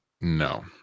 No